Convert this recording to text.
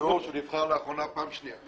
נור -- צריך לציין שהוא נבחר לאחרונה פעם שנייה.